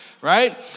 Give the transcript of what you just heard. right